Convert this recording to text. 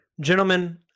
Gentlemen